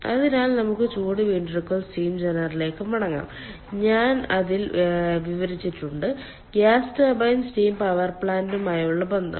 അതിനാൽ നമുക്ക് ചൂട് വീണ്ടെടുക്കൽ സ്റ്റീം ജനറേറ്ററിലേക്ക് മടങ്ങാം ഞാൻ അതിൽ വിവരിച്ചിട്ടുണ്ട് ഗ്യാസ് ടർബൈൻ സ്റ്റീം ടർബൈൻ പ്ലാന്റുമായുള്ള ബന്ധം